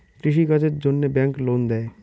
কৃষি কাজের জন্যে ব্যাংক লোন দেয়?